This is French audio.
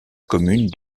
commune